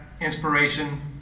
inspiration